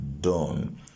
done